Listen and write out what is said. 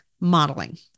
Modeling